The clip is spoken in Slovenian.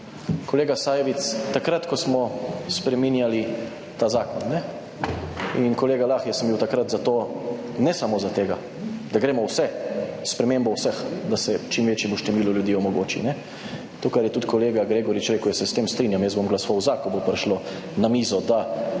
kolega Sajovic, takrat, ko smo spreminjali ta zakon in kolega Lah, jaz sem bil takrat za to, ne samo za tega, da gremo v vse, spremembo vseh, da se čim večjemu številu ljudi omogoči. To, kar je tudi kolega Gregorič rekel, jaz se s tem strinjam, jaz bom glasoval za, ko bo prišlo na mizo, da